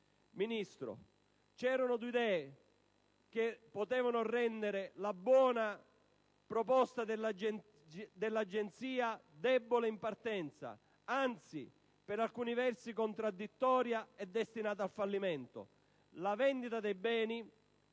Ministro, c'erano due idee che potevano rendere la buona proposta dell'Agenzia debole in partenza, anzi, per alcuni versi, contraddittoria e destinata al fallimento: la vendita dei beni